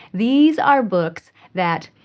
these are books that,